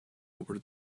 over